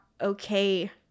okay